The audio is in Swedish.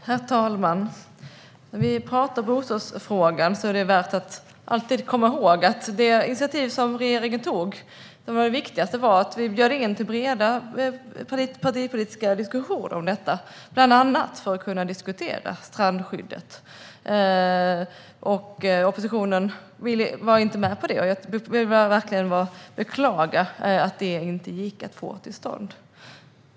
Herr talman! När vi talar om bostadsfrågan är det värt att alltid komma ihåg att det initiativ som regeringen tog, och som var det viktigaste, var att bjuda in till breda partipolitiska diskussioner om detta, bland annat för att kunna diskutera strandskyddet. Oppositionen var inte med på det, och jag beklagar verkligen att detta inte gick att få till stånd.